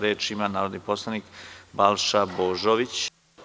Reč ima narodni poslanik Balša Božović.